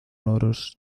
loros